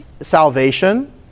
salvation